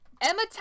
Emma